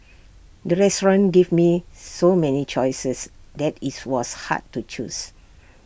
the restaurant gave me so many choices that IT was hard to choose